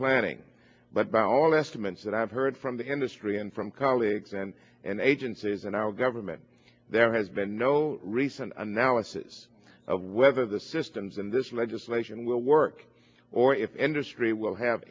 planning but by all estimates that i've heard from the industry and from colleagues and and agencies and our government there has been no recent analysis of whether the systems in this legislation will work or if industry will have